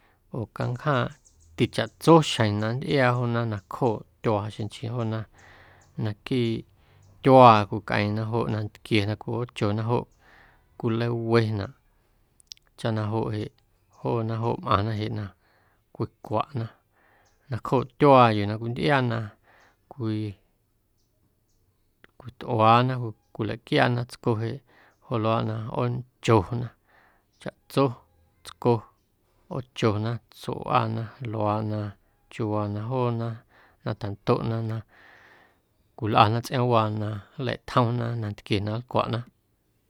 Oo canjaaⁿꞌ tichaꞌtso xjeⁿ na nntꞌiaa joona nacjooꞌ tyuaa xeⁿ nchii joona naquiiꞌ tyuaa cwicꞌeeⁿna joꞌ nantquie na cwiꞌoona joꞌ cwilawenaꞌ chaꞌ na joꞌ jeꞌ joona joꞌ mꞌaⁿna jeꞌ cwicwaꞌna nacjooꞌ tyuaa yuu na cwintꞌiaa na cwi cwitꞌuaana oo cwilaquiaana tsco jeꞌ joꞌ luaaꞌ na ꞌoochona chaꞌtso tsco ꞌoochona tsueꞌwꞌaana luaaꞌ na chiuuwaa na joona na tandoꞌna na cwilꞌana tsꞌiaaⁿwaa na nlatjomna nantquie na nlcwaꞌna.